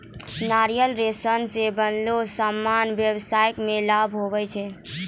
नारियल रो सन रो बनलो समान व्याबसाय मे लाभ हुवै छै